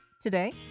today